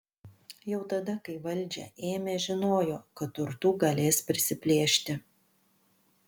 jau tada kai valdžią ėmė žinojo kad turtų galės prisiplėšti